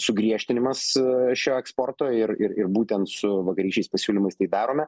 sugriežtinimas šio eksporto ir ir ir būtent su vakarykščiais pasiūlymais tai darome